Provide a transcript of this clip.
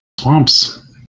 swamps